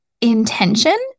intention